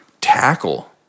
tackle